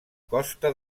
costa